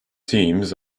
teams